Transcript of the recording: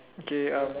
okay uh